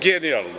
Genijalno.